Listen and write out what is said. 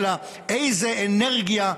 אלא איזו אנרגיה,